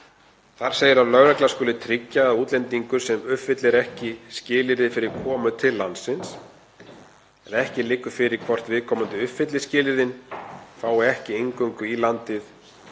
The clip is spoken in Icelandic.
Þar segir að lögregla skuli tryggja að útlendingur sem uppfyllir ekki skilyrði fyrir komu til landsins en ekki liggur fyrir hvort viðkomandi uppfylli skilyrðin fái ekki inngöngu í landið